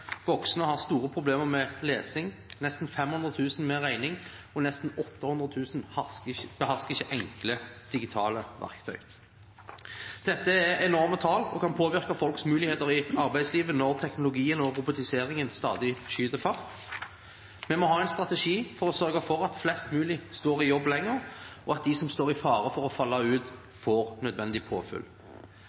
voksne har store problemer med lesing, nesten 500 000 har problemer med regning, og nesten 800 000 behersker ikke enkle digitale verktøy. Dette er enorme tall og kan påvirke folks muligheter i arbeidslivet når teknologien og robotiseringen stadig skyter fart. Vi må ha en strategi for å sørge for at flest mulig står i jobb lenger, og at de som står i fare for å falle ut, får nødvendig